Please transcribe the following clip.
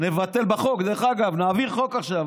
נבטל בחוק, דרך אגב, נעביר חוק עכשיו.